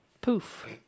Poof